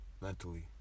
Mentally